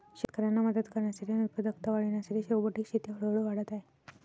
शेतकऱ्यांना मदत करण्यासाठी आणि उत्पादकता वाढविण्यासाठी रोबोटिक शेती हळूहळू वाढत आहे